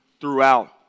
throughout